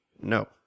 no